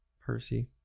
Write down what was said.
Percy